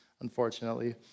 unfortunately